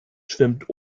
schwimmt